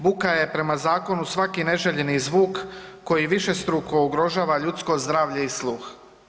Buka je, prema zakonu svaki neželjeni zvuk koji višestruko ugrožava ljudsko zdravlje i sluh.